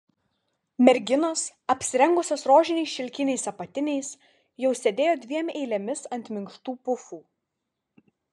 merginos apsirengusios rožiniais šilkiniais apatiniais jau sėdėjo dviem eilėmis ant minkštų pufų